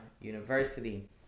University